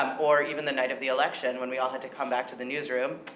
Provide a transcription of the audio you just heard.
um or even the night of the election when we all had to come back to the newsroom,